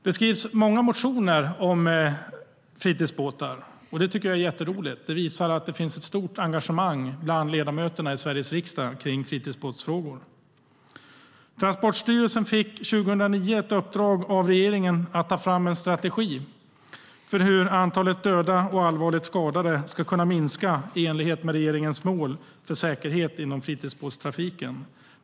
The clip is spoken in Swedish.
Det skrivs många motioner om fritidsbåtar. Det tycker jag är jätteroligt. Det visar att det finns ett stort engagemang bland ledamöterna i Sveriges riksdag kring fritidsbåtsfrågor. Transportstyrelsen fick 2009 ett uppdrag av regeringen att ta fram en strategi för hur antalet döda och allvarligt skadade skulle kunna minska i enlighet med regeringens mål för säkerhet inom fritidsbåtstrafiken.